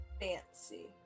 Fancy